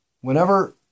Whenever